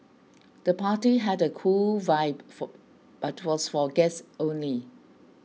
the party had a cool vibe for but was for guests only